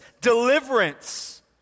deliverance